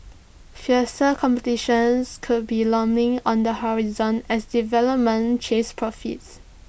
fiercer competition could be looming on the horizon as development chase profits